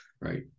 Right